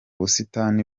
busitani